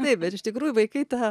taip bet iš tikrųjų vaikai tą